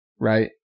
right